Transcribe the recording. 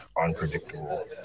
unpredictable